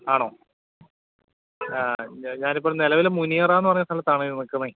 ആണോ ഞാൻ ഇപ്പോള് നിലവിൽ മുനിയറാന്ന് പറഞ്ഞ സ്ഥലത്താണ് നിൽക്കണത്